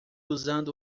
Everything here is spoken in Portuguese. usando